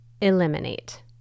eliminate